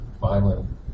violent